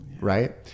Right